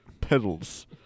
pedals